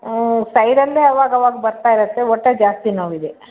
ಸೈಡಲ್ಲೇ ಆವಾಗವಾಗ ಬರ್ತಾ ಇರತ್ತೆ ಒಟ್ಟಲ್ಲಿ ಜಾಸ್ತಿ ನೋವಿದೆ